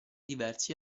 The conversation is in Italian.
diversi